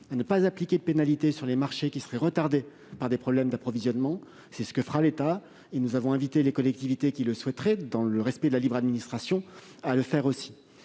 à ne pas appliquer de pénalités sur les marchés qui seraient retardés par des problèmes d'approvisionnement. C'est ce que fera l'État, et nous avons invité les collectivités qui le souhaiteraient, dans le respect de la libre administration, à le faire aussi.